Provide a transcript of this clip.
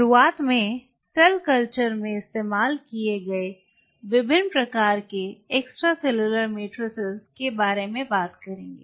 शुरूआत में cell culture में इस्तेमाल किए गए विभिन्न प्रकार के एक्स्ट्रासेलुलर मैट्रिक्स के बारे में बात करेंगे